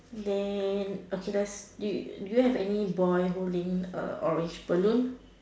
then okay let's do you do you have any boy holding a orange balloon